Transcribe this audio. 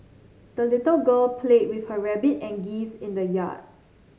the little girl played with her rabbit and geese in the yard